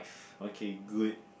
okay good